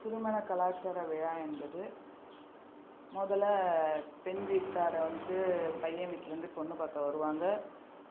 திருமண கலாச்சார விழா என்பது முதல்ல பெண்வீட்டாரை வந்து பையன் வீட்டிலேருந்து பொண்ணு பார்க்க வருவாங்க